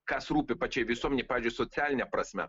kas rūpi pačiai visuomenei pavyzdžiui socialine prasme